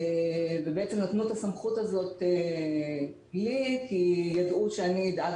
ובעצם נתנו את הסמכות הזאת לי כי ידעו שאני אדאג